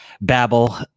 babble